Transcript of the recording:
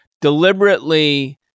Deliberately